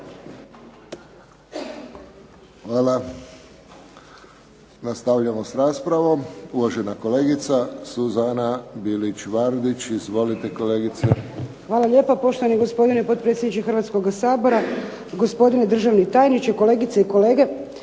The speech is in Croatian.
Hvala. Nastavljamo s raspravom. Uvažena kolegica Suzana Bilić Vardić. Izvolite, kolegice. **Bilić Vardić, Suzana (HDZ)** Hvala lijepo, poštovani gospodine potpredsjedniče Hrvatskoga sabora. Gospodine državni tajniče, kolegice i kolege.